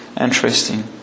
interesting